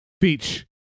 Beach